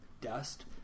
dust